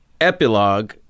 epilogue